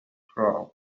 crown